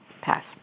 Pass